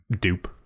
dupe